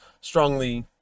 strongly